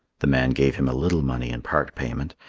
the man gave him a little money in part payment,